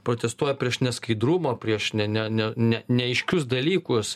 protestuoja prieš neskaidrumą prieš ne ne ne ne neaiškius dalykus